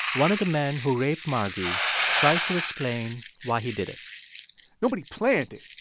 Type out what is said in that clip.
one of the men who raped margy tries to explain why he did it nobody planned it,